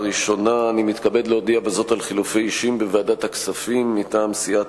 הראשונה אני מתכבד להודיע בזאת על חילופי אישים בוועדת הכספים מטעם סיעת